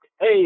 Hey